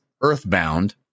earthbound